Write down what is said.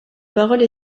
parole